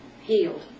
healed